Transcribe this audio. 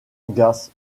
gas